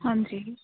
ਹਾਂਜੀ